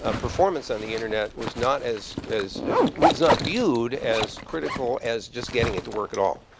ah performance on the internet was not as as was not viewed as critical as just getting it to work at all.